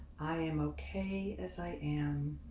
i am okay as i am